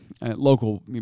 local